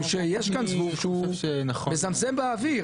משום שיש כאן זבוב מזמזם באוויר,